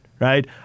right